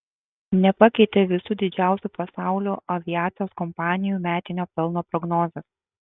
nepakeitė visų didžiausių pasaulio aviacijos kompanijų metinio pelno prognozės